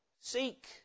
Seek